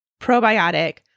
probiotic